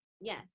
yes